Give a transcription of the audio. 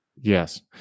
Yes